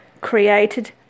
created